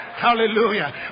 Hallelujah